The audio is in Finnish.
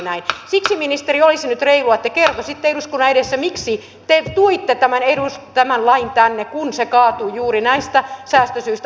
siksi ministeri olisi nyt reilua että kertoisitte eduskunnan edessä miksi te toitte tämän lain tänne kun se kaatuu juuri näistä säästösyistä